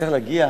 נצטרך להגיע